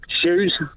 Shoes